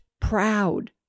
proud